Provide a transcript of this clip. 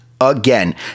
again